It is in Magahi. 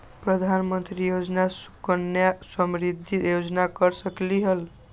प्रधानमंत्री योजना सुकन्या समृद्धि योजना कर सकलीहल?